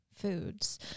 foods